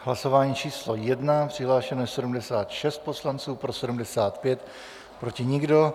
Hlasování číslo 1, přihlášeno je 76 poslanců, pro 75, proti nikdo.